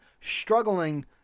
struggling